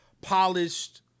polished